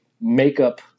Makeup